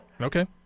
Okay